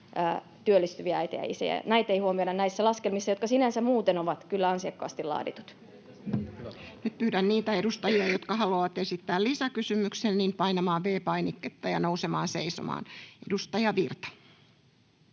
työllistyviä äitejä ja isiä. Näitä ei huomioida näissä laskelmissa, jotka sinänsä muuten ovat kyllä ansiokkaasti laaditut. Nyt pyydän niitä edustajia, jotka haluavat esittää lisäkysymyksen, painamaan V-painiketta ja nousemaan seisomaan. — Edustaja Virta.